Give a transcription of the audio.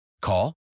Call